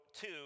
two